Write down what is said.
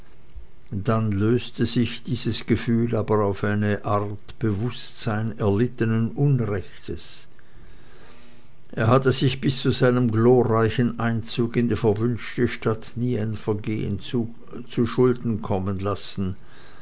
dann löste sich dieses gefühl aber auf in eine art bewußtsein erlittenen unrechtes er hatte sich bis zu seinem glorreichen einzug in die verwünschte stadt nie ein vergehen zuschulden kommen lassen